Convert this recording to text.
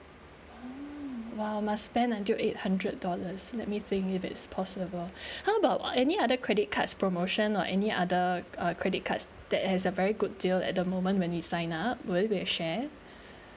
mm !wow! must spend until eight hundred dollars let me think if it's possible how about any other credit cards promotion or any other uh credit cards that has a very good deal at the moment when we sign up will you be to share